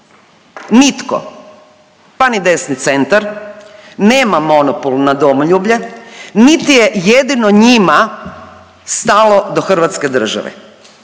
Nitko pa ni desni centar nema monopol na domoljublje niti je jedino njima stalo do Hrvatske države.